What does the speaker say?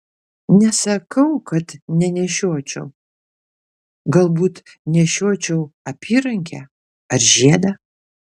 nesakau kad nenešiočiau galbūt nešiočiau apyrankę ar žiedą